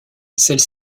celles